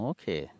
Okay